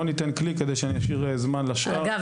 אגב,